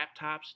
laptops